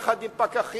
יחד עם פקחים,